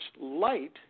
light